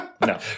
No